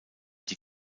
die